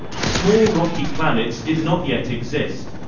small rocky planets did not yet exist.